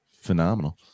phenomenal